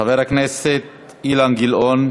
חבר הכנסת אילן גילאון,